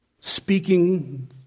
speaking